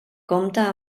compta